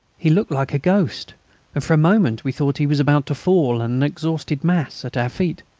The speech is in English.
he looked like a ghost, and for a moment we thought he was about to fall, an exhausted mass, at our feet.